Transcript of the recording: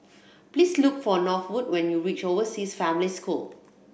please look for Norwood when you reach Overseas Family School